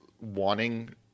wanting